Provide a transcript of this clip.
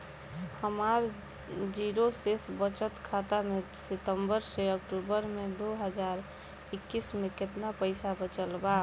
हमार जीरो शेष बचत खाता में सितंबर से अक्तूबर में दो हज़ार इक्कीस में केतना पइसा बचल बा?